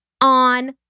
on